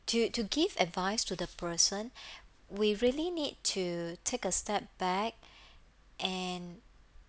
to to give advice to the person we really need to take a step back and